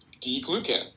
D-glucan